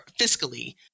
fiscally